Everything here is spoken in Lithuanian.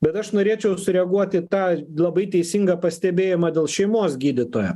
bet aš norėčiau sureaguot į tą labai teisingą pastebėjimą dėl šeimos gydytojo